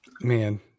Man